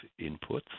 inputs